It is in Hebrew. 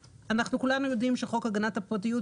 כולנו יודעים שחוק הגנת הפרטיות,